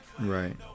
right